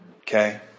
Okay